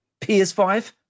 PS5